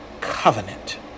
covenant